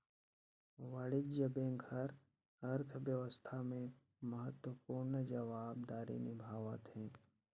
वाणिज्य बेंक हर अर्थबेवस्था में महत्वपूर्न जवाबदारी निभावथें